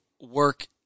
work